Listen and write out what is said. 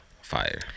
Fire